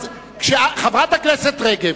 חברת הכנסת רגב,